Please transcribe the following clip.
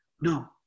No